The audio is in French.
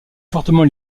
fortement